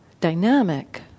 dynamic